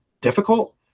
difficult